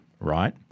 right